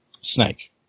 Snake